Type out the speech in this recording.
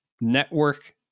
network